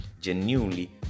genuinely